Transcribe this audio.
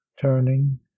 turning